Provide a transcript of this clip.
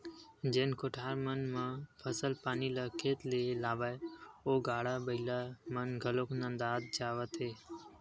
जेन कोठार मन म फसल पानी ल खेत ले लावय ओ गाड़ा बइला मन घलोक नंदात जावत हे